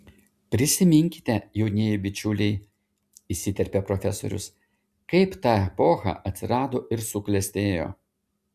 prisiminkite jaunieji bičiuliai įsiterpė profesorius kaip ta epocha atsirado ir suklestėjo